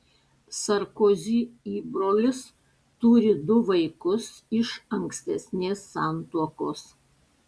sarkozy įbrolis turi du vaikus iš ankstesnės santuokos